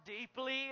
deeply